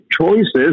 choices